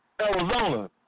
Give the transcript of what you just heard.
Arizona